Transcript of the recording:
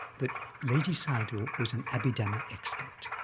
that ledi sayadaw was an abhidhamma expert.